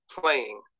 playing